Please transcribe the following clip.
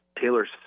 Taylor's